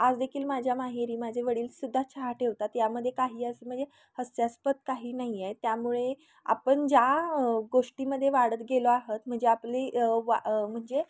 आज देखील माझ्या माहेरी माझे वडीलसुद्धा चहा ठेवतात त्यामध्ये काही असं म्हणजे हास्यास्पद काही नाही आहे त्यामुळे आपण ज्या गोष्टीमध्ये वाढत गेलो आहात म्हणजे आपली वा म्हणजे